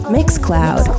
Mixcloud